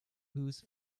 whose